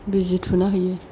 बिजि थुना हैयो